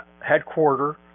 Headquarter